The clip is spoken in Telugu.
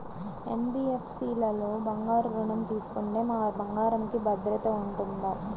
ఎన్.బీ.ఎఫ్.సి లలో బంగారు ఋణం తీసుకుంటే మా బంగారంకి భద్రత ఉంటుందా?